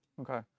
Okay